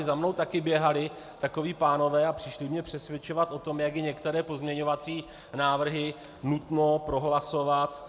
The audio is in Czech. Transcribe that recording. Za mnou také běhali takoví pánové a přišli mě přesvědčovat o tom, jak je některé pozměňovací návrhy nutno prohlasovat.